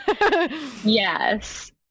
Yes